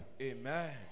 Amen